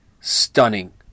stunning